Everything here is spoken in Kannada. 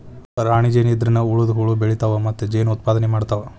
ರಾಣಿ ಜೇನ ಇದ್ರನ ಉಳದ ಹುಳು ಬೆಳಿತಾವ ಮತ್ತ ಜೇನ ಉತ್ಪಾದನೆ ಮಾಡ್ತಾವ